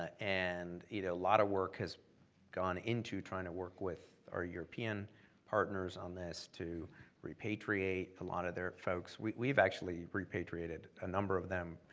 a and you know lot of work has gone into trying to work with our european partners on this to repatriate a lot of their folks. we've we've actually repatriated a number of them,